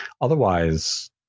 otherwise